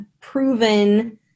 proven